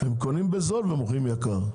הם קונים בזול מוכרים ביקר.